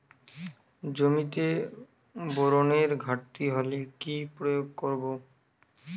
জমিতে বোরনের ঘাটতি হলে কি প্রয়োগ করব?